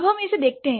अब हम इसे देखते हैं